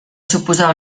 suposar